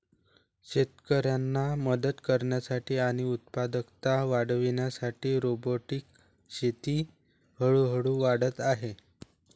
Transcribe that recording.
शेतकऱ्यांना मदत करण्यासाठी आणि उत्पादकता वाढविण्यासाठी रोबोटिक शेती हळूहळू वाढत आहे